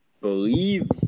believe